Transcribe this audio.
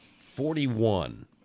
Forty-one